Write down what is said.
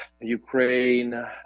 Ukraine